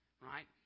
right